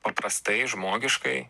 paprastai žmogiškai